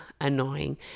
annoying